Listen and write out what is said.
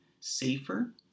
safer